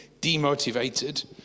demotivated